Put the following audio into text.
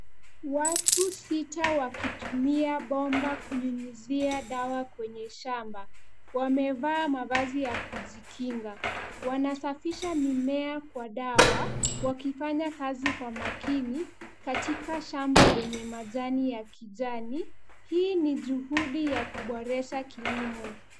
Watu sita wakitumia bomba kunyunyuzia dawa kwenye shamba. Wamevaa mavazi ya kujikinga. Wanasafisha mimea kwa dawa wakifanya kazi kwa makini katika shamba lenye majani ya kijani. Hii ni juhudi ya kuboresha kilimo.